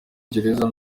gereza